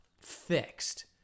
fixed